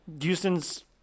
Houston's